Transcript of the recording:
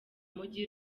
mujyi